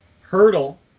Hurdle